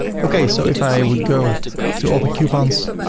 okay. so if i would go to all the coupons,